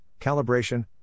calibration